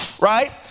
right